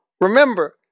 Remember